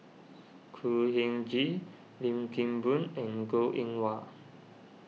Khor Ean Ghee Lim Kim Boon and Goh Eng Wah